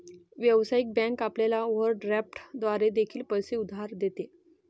व्यावसायिक बँक आपल्याला ओव्हरड्राफ्ट द्वारे देखील पैसे उधार देते